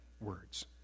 words